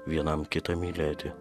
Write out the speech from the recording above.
vienam kitą mylėti